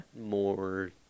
more